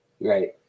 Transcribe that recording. right